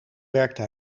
werkte